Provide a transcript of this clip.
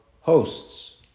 hosts